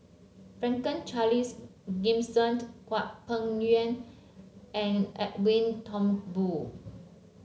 Franklin Charles Gimson Hwang Peng Yuan and Edwin Thumboo